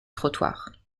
trottoirs